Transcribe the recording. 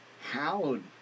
hallowed